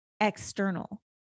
external